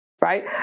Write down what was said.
right